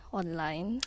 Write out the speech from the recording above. online